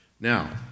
Now